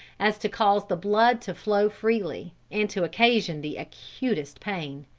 as to cause the blood to flow freely, and to occasion the acutest pain.